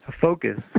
focus